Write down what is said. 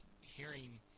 hearing